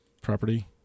property